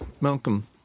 Malcolm